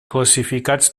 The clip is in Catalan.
classificats